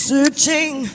Searching